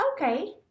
Okay